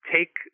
take